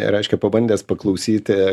reiškia pabandęs paklausyti